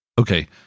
Okay